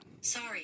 Sorry